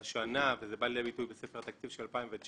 השנה, וזה בא לידי ביטוי בספר התקציב של 2019,